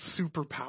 superpower